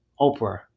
Oprah